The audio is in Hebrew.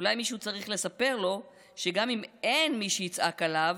אולי מישהו צריך לספר לו שגם אם אין מי שיצעק עליו,